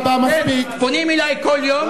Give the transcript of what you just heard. פונים אלי כל יום.